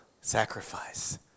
sacrifice